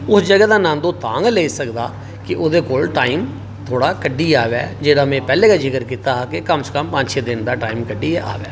उस जगह दा आनंद तां गे लेई सकदा ऐ कि ओहदे कोल टाइम थोड़ा कड्ढियै आवै एह्दा में पैहलें गै जिक्र कीता हा कि कम से कम पंज छे दिन दा टाइम कड्ढियै आवै